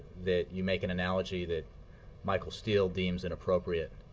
that you make an analogy that michael steele deems inappropriate,